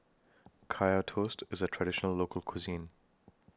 Kaya Toast IS A Traditional Local Cuisine